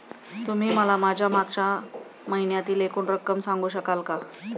तुम्ही मला माझ्या मागच्या महिन्यातील एकूण रक्कम सांगू शकाल का?